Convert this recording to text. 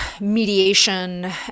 mediation